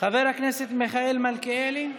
חבר הכנסת מיכאל מלכיאלי,